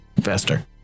faster